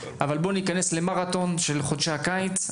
אבל בואו ניכנס למרתון של חודשי הקיץ.